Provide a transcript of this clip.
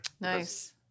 Nice